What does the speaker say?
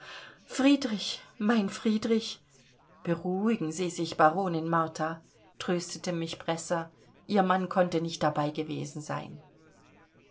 friedrich mein friedrich beruhigen sie sich baronin martha tröstete mich bresser ihr mann konnte nicht dabei gewesen sein